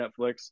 netflix